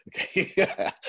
okay